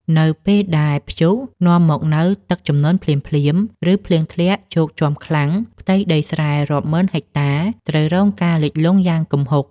នៅពេលដែលព្យុះនាំមកនូវទឹកជំនន់ភ្លាមៗ ឬភ្លៀងធ្លាក់ជោកជាំខ្លាំង ផ្ទៃដីស្រែរាប់ម៉ឺនហិកតាត្រូវរងការលិចលង់យ៉ាងគំហុក។